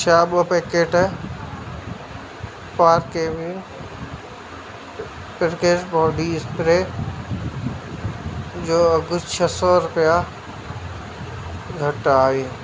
छा ॿ packet Park Avenue fragrance body spray जो अघि छ सौ रुपिया घटि आहे